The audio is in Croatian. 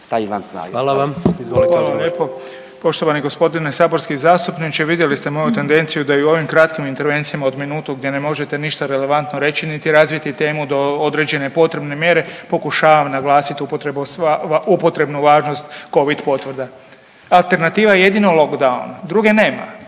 Gordan (HDZ)** Hvala vam. Izvolite odgovor. **Beroš, Vili (HDZ)** Hvala lijepo. Poštovani g. saborski zastupniče. Vidjeli ste moju tendenciju da i u ovom kratkim intervencijama od minutu gdje ne možete ništa relevantno reći niti razviti temu do određene potrebne mjere pokušavam naglasiti upotrebnu važnost covid potvrda. Alternativa jedino locdowna, druge nema